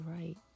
right